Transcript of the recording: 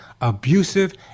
abusive